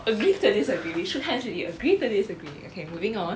agree to disagree show you how many times already agree to disagree okay moving on